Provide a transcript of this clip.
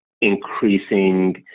increasing